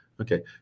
Okay